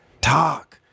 talk